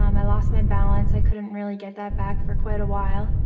um i lost my balance. i couldn't really get that back for quite a while.